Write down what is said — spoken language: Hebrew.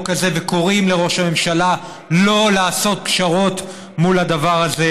הזה וקוראים לראש הממשלה לא לעשות פשרות מול הדבר הזה.